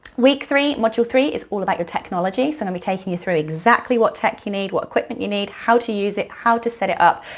week three, module three is all about your technology, so and i'll be taking you through exactly what tech you need, what equipment you need, how to use it, how to set it up.